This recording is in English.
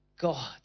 God